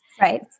Right